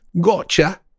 Gotcha